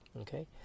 okay